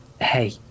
Hey